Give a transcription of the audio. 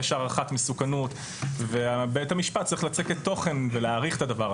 יש הערכת מסוכנות ובית המשפט צריך לצקת תוכן ולהעריך את הדבר הזה.